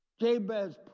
Jabez